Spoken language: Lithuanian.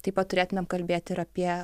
taip pat turėtumėm kalbėti ir apie